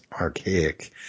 archaic